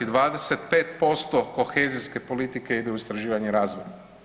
25% kohezijske politike ide u istraživanje i razvoj.